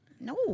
No